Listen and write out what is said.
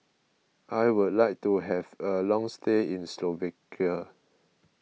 I would like to have a long stay in Slovakia